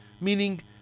meaning